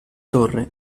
torre